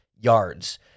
yards